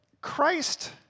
Christ